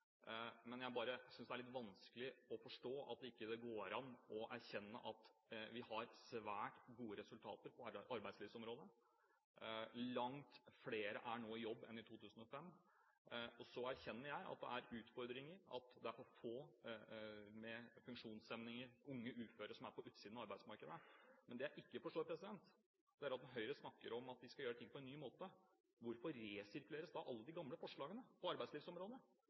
men jeg synes bare det er litt vanskelig å forstå at det ikke går an å erkjenne at vi har svært gode resultater på arbeidslivsområdet. Langt flere er nå i jobb enn i 2005. Så erkjenner jeg at det er utfordringer, at det er for mange med funksjonshemninger, unge uføre, som er på utsiden av arbeidsmarkedet. Men det jeg ikke forstår, er: Når Høyre snakker om at de skal gjøre ting på en ny måte, hvorfor resirkuleres da alle de gamle forslagene på arbeidslivsområdet?